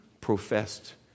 professed